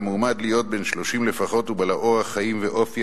על המועמד להיות בן 30 לפחות ובעל אורח חיים ואופי